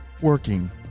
working